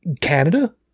canada